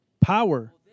power